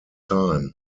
time